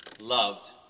loved